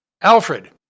Alfred